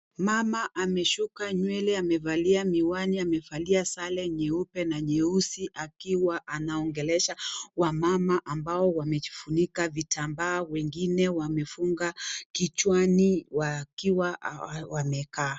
Mama amesuka nyewele, amevalia miwani, amevalia sare nyeupe na nyeusi akiwa anaongelesha wamama ambao wamejifunika vitambaa. Wengine wamefunga kichwani wakiwa wamekaa.